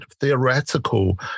theoretical